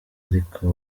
ariko